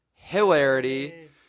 Hilarity